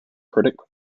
critic